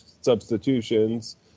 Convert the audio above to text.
substitutions